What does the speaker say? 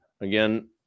again